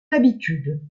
l’habitude